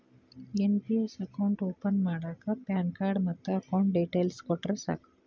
NPS account open ಮಾಡಾಕ pan card ಮತ್ತ account details ಕೊಟ್ರ ಸಾಕ